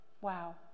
Wow